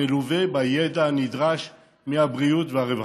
המלווה בידע הנדרש מהבריאות והרווחה.